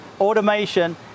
automation